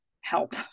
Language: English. help